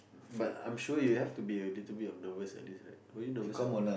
but I'm sure you have to be a little bit of nervous at least right were you nervous at all